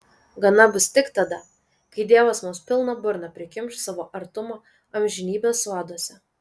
gana bus tik tada kai dievas mums pilną burną prikimš savo artumo amžinybės soduose